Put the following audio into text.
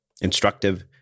instructive